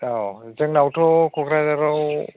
औ जोंनावथ' क'क्राझाराव